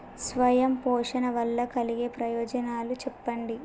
స్వయం పోషణ వల్ల కలిగే ప్రయోజనాలు చెప్పండి?